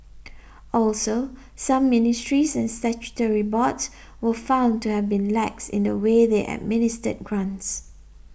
also some ministries and statutory boards were found to have been lax in the way they administered grants